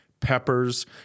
peppers